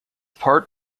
part